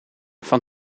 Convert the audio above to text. van